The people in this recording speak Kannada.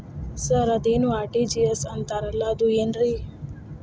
ಸರ್ ಅದೇನು ಆರ್.ಟಿ.ಜಿ.ಎಸ್ ಅಂತಾರಲಾ ಅದು ಏನ್ರಿ?